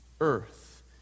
earth